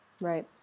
Right